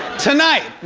tonight!